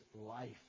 life